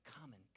common